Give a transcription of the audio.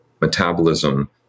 metabolism